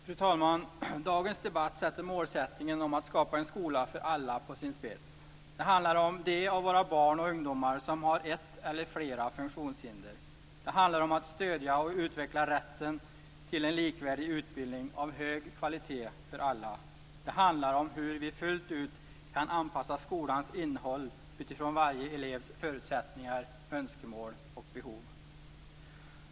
Fru talman! Dagens debatt sätter målsättningen om att skapa en skola för alla på sin spets. Det handlar om de av våra barn och ungdomar som har ett eller flera funktionshinder. Det handlar om att stödja och utveckla rätten till en likvärdig utbildning av hög kvalitet för alla. Det handlar om hur vi fullt ut kan anpassa skolans innehåll utifrån varje elevs förutsättningar, önskemål och behov.